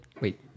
wait